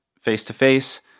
face-to-face